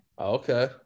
Okay